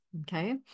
okay